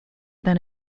then